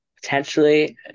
potentially